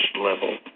level